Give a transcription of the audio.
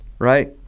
Right